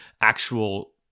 actual